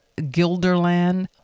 Gilderland